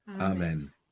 Amen